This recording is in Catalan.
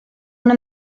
una